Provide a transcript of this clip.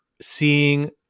seeing